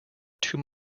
too